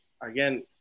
again